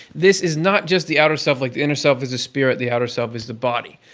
this is not just the outer self like the inner self is the spirit, the outer self is the body.